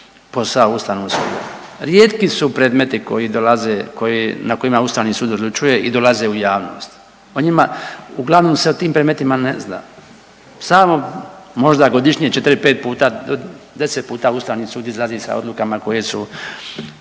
posao ustavnog suda, rijetki su predmeti koji dolazi, koji, na kojima ustavni sud odlučuje i dolaze u javnost. O njima, uglavnom se o tim predmetima ne zna, samo možda godišnje 4-5 puta, do 10 puta ustavni sud izlazi sa odlukama koje su,